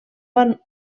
van